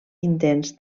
intents